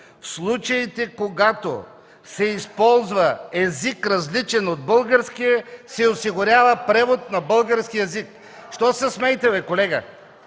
в случаите, когато се използва език, различен от българския, се осигурява превод на български език. (Смях. Шум